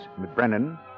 McBrennan